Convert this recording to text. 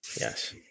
Yes